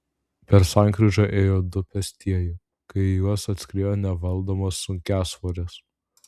per sankryžą ėjo du pėstieji kai į juos atskriejo nevaldomas sunkiasvoris